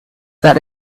that